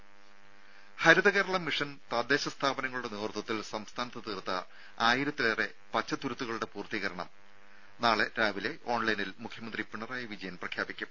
ദ്ദേ ഹരിത കേരളം മിഷൻ തദ്ദേശ സ്ഥാപനങ്ങളുടെ നേതൃത്വത്തിൽ സംസ്ഥാനത്ത് തീർത്ത ആയിരത്തിലേറെ പച്ചത്തുരുത്തുകളുടെ പൂർത്തീകരണം നാളെ രാവിലെ ഓൺലൈനിൽ മുഖ്യമന്ത്രി പിണറായി വിജയൻ പ്രഖ്യാപിക്കും